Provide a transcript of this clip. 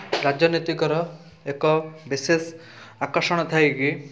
ରାଜନୀତିକର ଏକ ବିଶେଷ ଆକର୍ଷଣ ଥାଏକି